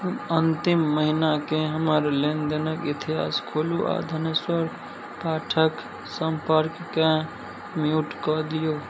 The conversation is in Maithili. अन्तिम महिनाके हमर लेनदेनक इतिहास खोलू आओर धनेश्वर पाठक सम्पर्कके म्यूट कऽ दियौ